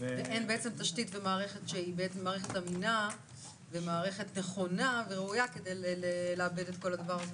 ואין תשתית ומערכת אמינה ומערכת נכונה וראויה כדי לעבד את כל הדבר הזה.